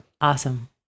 Awesome